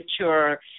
mature